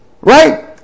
right